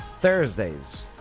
Thursdays